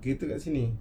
kita kat sini